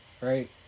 right